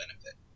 benefit